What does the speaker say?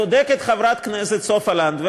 צודקת חברת הכנסת סופה לנדבר,